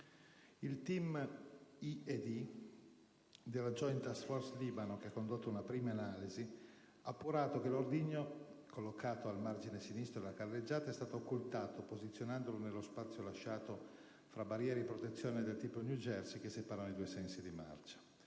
disposal*) della *Joint task force Lebanon*, che ha condotto una prima analisi, ha appurato che l'ordigno, collocato al margine sinistro della carreggiata, è stato occultato posizionandolo nello spazio lasciato tra le barriere di protezione del tipo New Jersey che separano i due sensi di marcia.